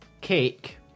Cake